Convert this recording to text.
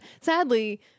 sadly